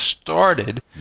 started